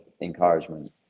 encouragement